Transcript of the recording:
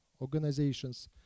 organizations